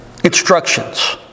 Instructions